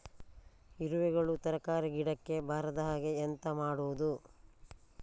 ಇರುವೆಗಳು ತರಕಾರಿ ಗಿಡಕ್ಕೆ ಬರದ ಹಾಗೆ ಎಂತ ಮಾಡುದು?